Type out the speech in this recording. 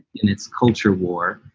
in its culture war,